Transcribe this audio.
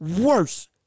worse